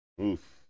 Oof